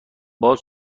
باز